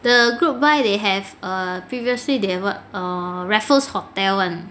the group buy they have err previously they have what err raffles hotel [one]